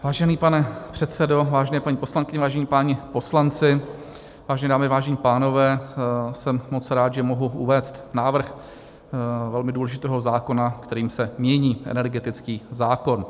Vážený pane předsedo, vážené paní poslankyně, vážení páni poslanci, vážené dámy, vážení pánové, jsem moc rád, že mohu uvést návrh velmi důležitého zákona, kterým se mění energetický zákon.